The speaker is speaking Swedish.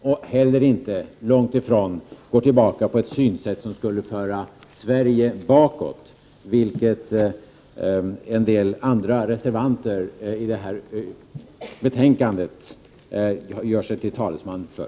Inte heller går det tillbaka på ett synsätt som skulle föra Sverige bakåt, vilket en del reservanter i betänkandet gör sig till talesmän för.